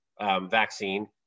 vaccine